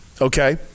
okay